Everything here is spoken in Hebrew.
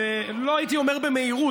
לא הייתי אומר במהירות,